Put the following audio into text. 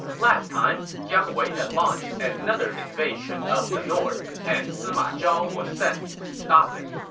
last time, jiang wei had launched another invasion of the north, and sima zhao was sent to stop him.